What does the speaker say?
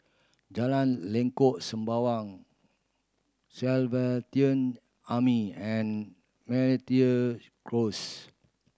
Jalan Lengkok Sembawang Salvation Army and Close